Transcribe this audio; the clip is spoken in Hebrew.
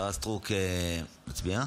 השרה סטרוק, מצביעה?